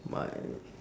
my